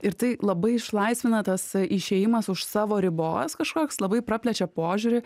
ir tai labai išlaisvina tas išėjimas už savo ribos kažkoks labai praplečia požiūrį